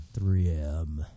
3M